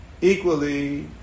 equally